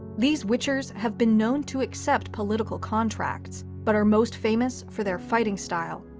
these witchers have been known to accept political contracts, but are most famous for their fighting style.